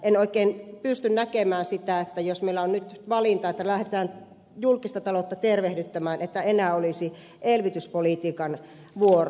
en oikein pysty näkemään sitä jos meillä on nyt valinta että lähdetään julkista taloutta tervehdyttämään että enää olisi elvytyspolitiikan vuoro